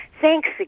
thanks